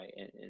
right